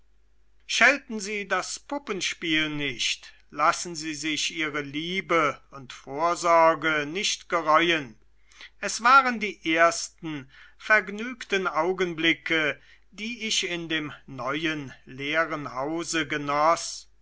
schelten sie das puppenspiel nicht lassen sie sich ihre liebe und vorsorge nicht gereuen es waren die ersten vergnügten augenblicke die ich in dem neuen leeren hause